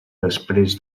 després